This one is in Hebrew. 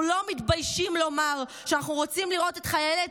אנחנו לא מתביישים לומר שאנחנו רוצים לראות את חיילי